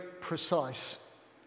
precise